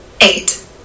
Eight